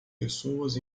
pessoas